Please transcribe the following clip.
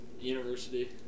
university